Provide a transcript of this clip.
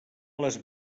les